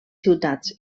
ciutats